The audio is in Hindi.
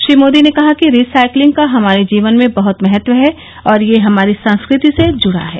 श्री मोदी ने कहा कि रिसाइकिलिंग का हमारे जीवन में बहत महत्व है और यह हमारी संस्कृति से जुड़ा है